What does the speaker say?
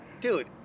dude